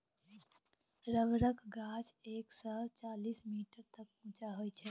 रबरक गाछ एक सय चालीस मीटर तक उँच होइ छै